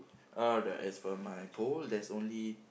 alright as for my pole there's only